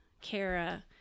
Kara